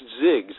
zigs